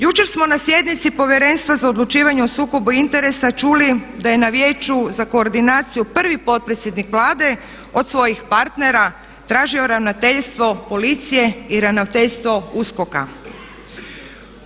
Jučer smo na sjednici Povjerenstva za odlučivanje o sukobu interesa čuli da je na vijeću za koordinaciju prvi potpredsjednik Vlade od svojih partnera tražio ravnateljstvo policije i ravnateljstvo USKOK-a.